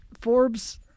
Forbes